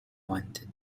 wanted